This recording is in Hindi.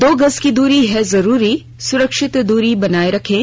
दो गज की दूरी है जरूरी सुरक्षित दूरी बनाए रखें